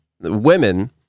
women